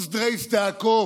(אומר ביידיש ומתרגם:)